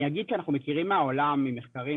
אני אגיד שאנחנו מכירים מ העולם ממחקרים,